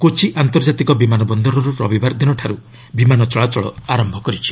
କୋଚି ଆନ୍ତର୍ଜାତିକ ବିମାନ ବନ୍ଦରରୁ ରବିବାର ଦିନଠାରୁ ବିମାନ ଚଳାଚଳ ଆରମ୍ଭ କରିଛି